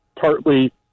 partly